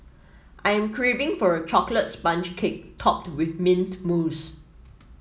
I am craving for a chocolate sponge cake topped with mint mousse